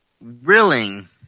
willing